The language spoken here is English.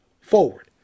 forward